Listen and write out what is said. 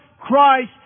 Christ